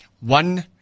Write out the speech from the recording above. one